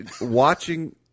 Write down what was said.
watching